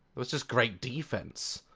it was just great defense.